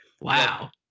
wow